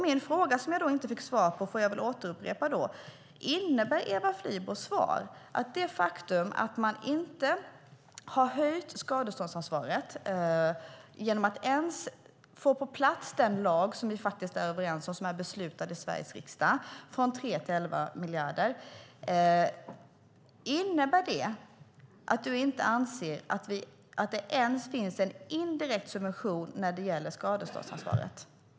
Den fråga som jag inte fick svar på får jag väl återupprepa: Är Eva Flyborgs svar att det faktum att man inte har höjt skadeståndsansvaret - genom att inte få på plats den lag som vi är överens om, som är beslutad i Sveriges riksdag och som gäller en ändring från 3 till 11 miljarder - innebär att hon inte anser att det finns ens en indirekt subvention när det gäller skadeståndsansvaret?